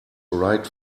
right